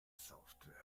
software